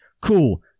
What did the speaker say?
Cool